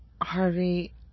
Harvey